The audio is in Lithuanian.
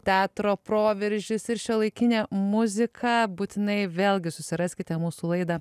teatro proveržis ir šiuolaikinė muzika būtinai vėlgi susiraskite mūsų laidą